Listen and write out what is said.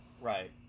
Right